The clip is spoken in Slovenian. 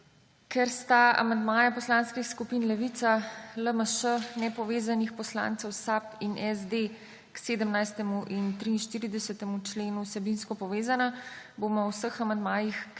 Ker sta amandmaja poslanskih skupin Levica, LMŠ, nepovezanih poslancev, SAB in SD k 17. in 43. členu vsebinsko povezana, bomo o vseh amandmajih